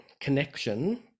connection